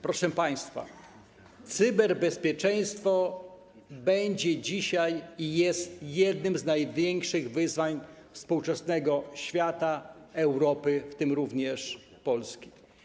Proszę państwa, cyberbezpieczeństwo jest i będzie jednym z największych wyzwań współczesnego świata, Europy, w tym również Polski.